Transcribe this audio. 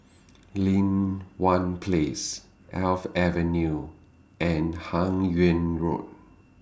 Lin Hwan Place Alps Avenue and Hun Yeang Road